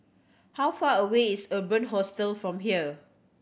how far away is Urban Hostel from here